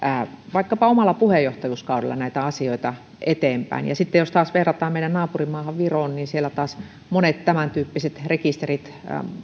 vaikkapa omalla puheenjohtajuuskaudellaan näitä asioita eteenpäin sitten jos taas verrataan meidän naapurimaahamme viroon niin siellä monet tämäntyyppiset rekisterit